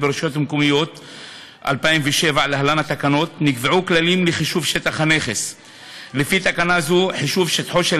וכן כללים בדבר אופן חישוב שטחו של